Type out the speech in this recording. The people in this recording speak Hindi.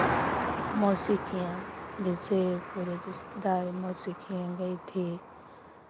मौसी के यहाँ जैसे पूरे रिश्तेदार मौसी के यहँ गई थी